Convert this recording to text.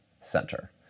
Center